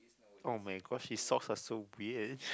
oh-my-gosh his socks are so weird